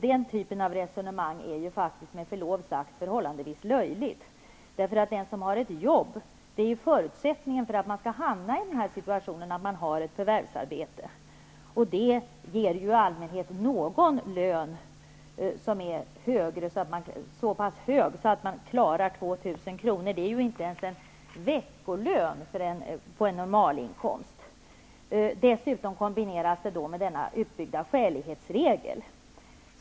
Den typen av resonemang är ju faktiskt, med förlov sagt, förhållandevis löjlig. Den som har ett förvärvsarbete, vilket är förutsättningen för att man skall hamna i denna situation, får i allmänhet någon lön som är så pass hög att man klarar att betala 2 000 kr. Det är ju inte ens en veckolön av en normalinkomst. Dessutom kommer detta att kombineras med denna utbyggda skälighetsregel.